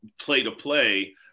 play-to-play